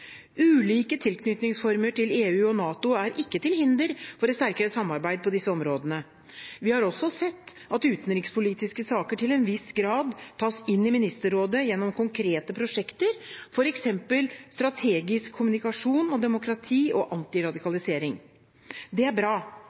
Ulike tilknytningsformer til EU og NATO er ikke til hinder for et sterkere samarbeid på disse områdene. Vi har også sett at utenrikspolitiske saker til en viss grad tas inn i Ministerrådet gjennom konkrete prosjekter, f.eks. strategisk kommunikasjon og demokrati og antiradikalisering. Det er bra.